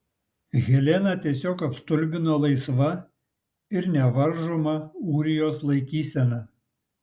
heleną tiesiog apstulbino laisva ir nevaržoma ūrijos laikysena